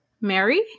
Mary